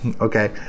okay